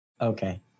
Okay